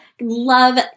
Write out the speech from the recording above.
love